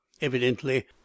evidently